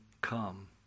come